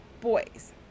boys